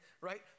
right